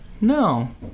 No